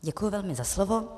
Děkuji velmi za slovo.